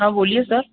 हां बोलिये सर